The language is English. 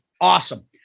awesome